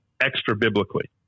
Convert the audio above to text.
extra-biblically